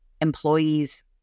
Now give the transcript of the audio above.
employees